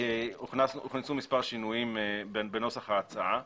הוכנסו מספר שינויים בנוסח ההצעה.